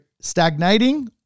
stagnating